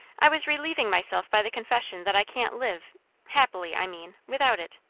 i was relieving myself by the confession that i can't live happily, i mean without it.